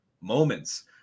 moments